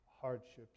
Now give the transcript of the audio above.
hardships